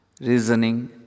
reasoning